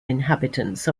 inhabitants